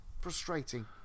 Frustrating